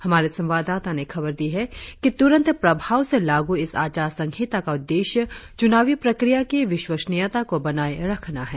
हमारे संवाददाता ने खबर दी है कि तुरंत प्रभाव से लागू इस आचार संहिता का उद्देश्य चुनावी प्रक्रिया की विश्वसनीयता को बनाए रखना है